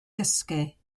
gysgu